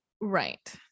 Right